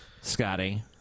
Scotty